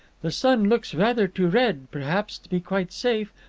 the sun looks rather too red, perhaps, to be quite safe,